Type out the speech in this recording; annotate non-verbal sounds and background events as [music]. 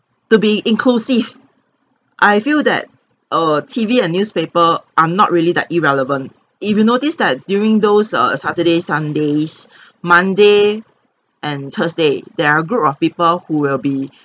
to be inclusive I feel that err T_V and newspaper are not really that irrelevant if you notice that during those err saturday sundays [breath] monday and thursday there are a group of people who will be [breath]